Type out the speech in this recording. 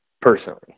personally